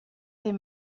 des